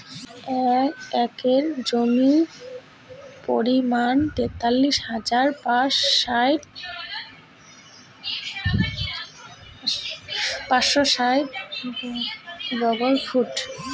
এক একর জমির পরিমাণ তেতাল্লিশ হাজার পাঁচশ ষাইট বর্গফুট